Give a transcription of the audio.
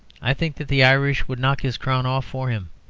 i think that the irish would knock his crown off for him.